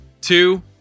Two